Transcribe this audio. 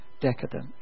decadent